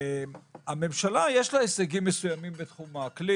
לממשלה יש הישגים מסוימים בתחום האקלים.